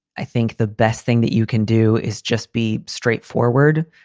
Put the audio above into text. i think the best thing that you can do is just be straightforward,